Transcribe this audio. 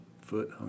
foot